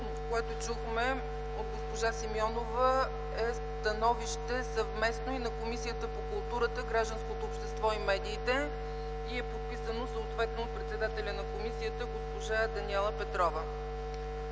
което чухме от госпожа Симеонова, е становище съвместно и на Комисията по културата, гражданското общество и медиите и е подписано съответно от председателя на комисията госпожа Даниела Петрова.